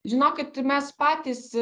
žinokit mes patys